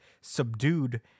subdued